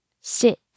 Sit